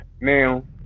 Now